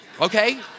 okay